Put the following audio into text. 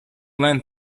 land